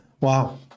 wow